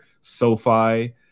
SoFi